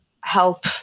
help